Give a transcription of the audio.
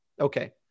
Okay